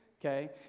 Okay